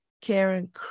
Karen